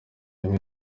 hamwe